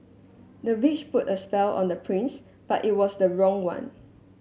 the witch put a spell on the prince but it was the wrong one